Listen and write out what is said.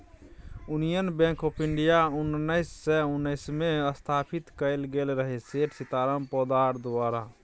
union Bank of India उन्नैस सय उन्नैसमे स्थापित कएल गेल रहय सेठ सीताराम पोद्दार द्वारा